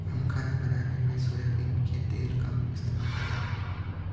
हम खाना बनाने में सोयाबीन के तेल का इस्तेमाल करते हैं